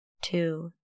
two